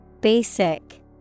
basic